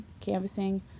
canvassing